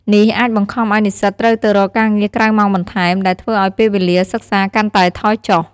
នេះអាចបង្ខំឱ្យនិស្សិតត្រូវទៅរកការងារក្រៅម៉ោងបន្ថែម ដែលធ្វើឱ្យពេលវេលាសិក្សាកាន់តែថយចុះ។